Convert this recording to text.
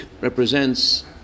represents